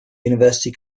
university